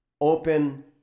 open